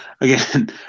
again